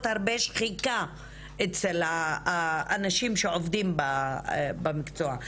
הרבה שחיקה אצל האנשים שעובדים במקצוע.